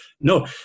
no